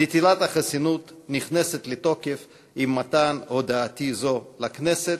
נטילת החסינות נכנסת לתוקף עם מתן הודעתי זו לכנסת.